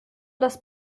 das